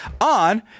on